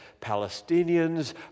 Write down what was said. Palestinians